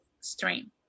stream